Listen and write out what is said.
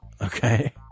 Okay